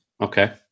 Okay